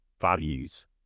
values